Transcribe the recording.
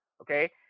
okay